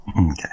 Okay